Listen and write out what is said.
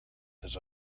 his